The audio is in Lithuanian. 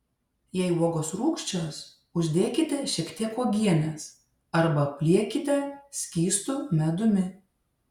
jei uogos rūgščios uždėkite šiek tiek uogienės arba apliekite skystu medumi